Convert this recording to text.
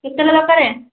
କେତେଟା ଦରକାର